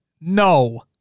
No